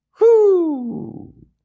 Whoo